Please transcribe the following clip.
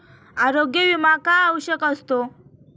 आरोग्य विमा का आवश्यक असतो?